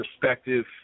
perspective